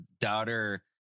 daughter